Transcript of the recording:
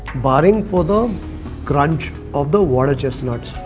barring for the crunch of the water chestnuts.